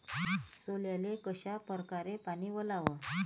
सोल्याले कशा परकारे पानी वलाव?